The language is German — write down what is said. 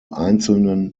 einzelnen